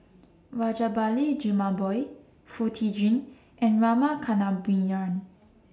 Rajabali Jumabhoy Foo Tee Jun and Rama Kannabiran